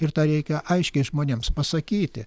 ir tą reikia aiškiai žmonėms pasakyti